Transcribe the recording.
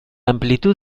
amplitud